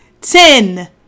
Ten